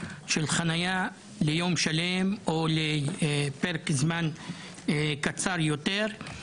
של החניה ליום שלם או לפרק זמן קצר יותר.